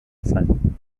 sein